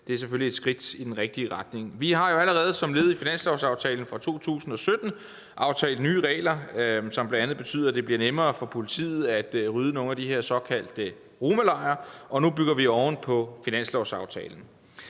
det er selvfølgelig et skridt i den rigtige retning. Vi har allerede som led i finanslovsaftalen for 2017 aftalt nye regler, som bl.a. betyder, at det bliver nemmere for politiet at rydde nogle af de her såkaldte romalejre, og nu bygger vi oven på finanslovsaftalen.